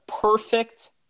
perfect